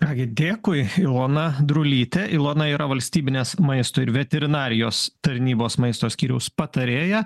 ką gi dėkui ilona drulytė ilona yra valstybinės maisto ir veterinarijos tarnybos maisto skyriaus patarėja